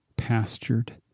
pastured